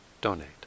donate